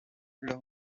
leur